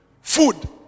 Food